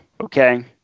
okay